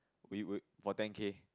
will will for ten K